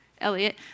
Elliot